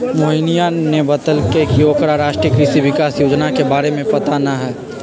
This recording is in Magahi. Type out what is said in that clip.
मोहिनीया ने बतल कई की ओकरा राष्ट्रीय कृषि विकास योजना के बारे में पता ना हई